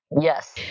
Yes